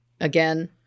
again